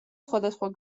სხვადასხვა